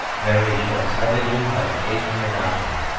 very short-sightedly, have occasionally adopted it.